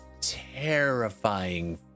terrifying